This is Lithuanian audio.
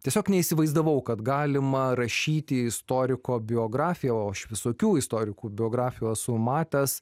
tiesiog neįsivaizdavau kad galima rašyti istoriko biografiją o aš visokių istorikų biografijų esu matęs